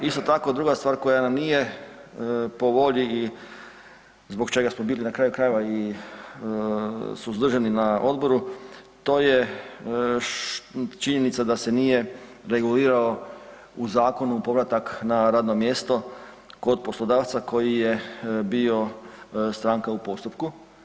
Isto tako druga stvar koja nam nije po volji i zbog čega smo bili na kraju krajeva i suzdržani na odboru, to je činjenica da se nije reguliralo u zakonu povratak na radno mjesto kod poslodavca koji je bio stranka u postupku.